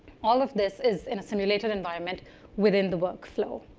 all of this is in a simulate and environments within the workflow.